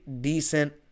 decent